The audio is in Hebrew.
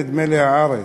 נדמה לי "הארץ".